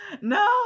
no